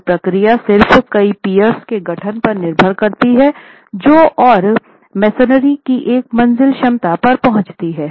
यह प्रक्रिया सिर्फ कई पियर्स के गठन पर निर्भर करती है जो और मेसनरी की एक मंजिला क्षमता पर पहुंचाती है